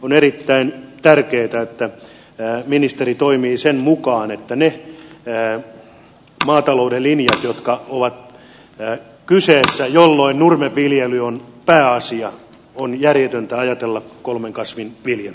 on erittäin tärkeätä että ministeri toimii sen mukaan että niillä maatalouden linjoilla jotka ovat kyseessä kun nurmen viljely on pääasia on järjetöntä ajatella kolmen kasvin viljelyä